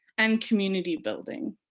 and community building.